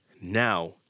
now